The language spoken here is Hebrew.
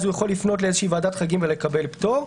אז הוא יכול לפנות לוועדת חריגים ולקבל פטור,